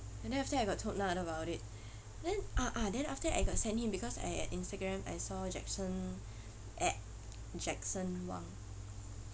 and then after that I got told him about it then ah ah then after that I got send him because I had Instagram I saw jackson at jackson wang